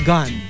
Gun